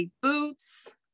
boots